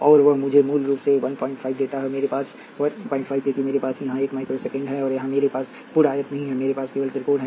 और वह मुझे मूल रूप से 15 देता है मेरे पास 15 है क्योंकि मेरे पास यहां 1 माइक्रो सेकेंड है और यहां मेरे पास पूर्ण आयत नहीं है मेरे पास केवल त्रिकोण है